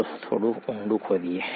ચાલો થોડું ઊંડું ખોદીએ